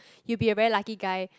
you'll be a very lucky guy